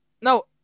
No